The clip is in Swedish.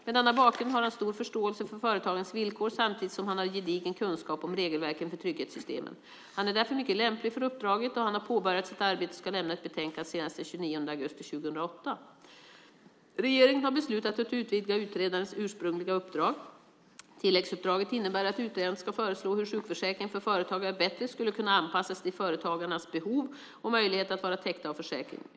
Med denna bakgrund har han stor förståelse för företagandets villkor samtidigt som han har gedigen kunskap om regelverken för trygghetssystemen. Han är därför mycket lämplig för uppdraget. Han har påbörjat sitt arbete och ska lämna ett betänkande senast den 29 augusti 2008. Regeringen har beslutat att utvidga utredarens ursprungliga uppdrag. Tilläggsuppdraget innebär att utredaren ska föreslå hur sjukförsäkringen för företagare bättre skulle kunna anpassas till företagarnas behov och möjligheter att vara täckta av försäkringen.